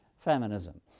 Feminism